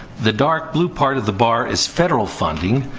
the dark blue part of the bar is federal funding.